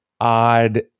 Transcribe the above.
odd